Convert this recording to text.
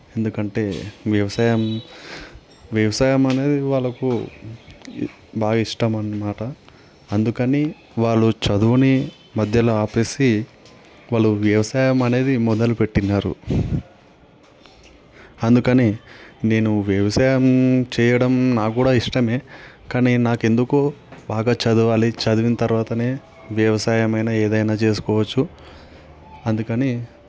ఎందుకంటే వ్యవసాయం వ్యవసాయం అనేది వాళ్ళకు బాగా ఇష్టం అన్నమాట అందుకని వాళ్ళు చదువుని మధ్యలో ఆపేసి వాళ్ళు వ్యవసాయం అనేది మొదలు పెట్టినారు అందుకని నేను వ్యవసాయం చేయడం నాకు కూడా ఇష్టమే కానీ నాకు ఎందుకు బాగా చదవాలి చదివిన తరువాతనే వ్యవసాయమైన ఏదైనా చేసుకోవచ్చు అందుకని